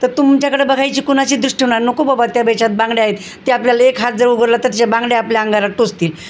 तर तुमच्याकडे बघायची कुणाची दृष्टी होणार नको बाबा त्या तिच्यात बांगड्या आहेत ते आपल्याला एक हात जर उगाराला तर त्याच्या बांगड्या आपल्या अंगाला टोचतील